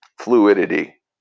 fluidity